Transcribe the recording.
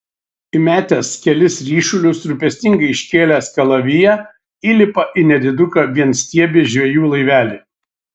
įmetęs kelis ryšulius rūpestingai iškėlęs kalaviją įlipa į nediduką vienstiebį žvejų laivelį